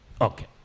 Okay